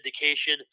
indication